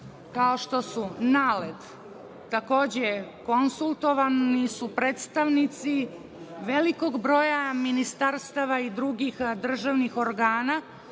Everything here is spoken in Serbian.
kao što su NALED, takođe konsultovani su predstavnici velikog broja ministarstava i drugih državnih organa,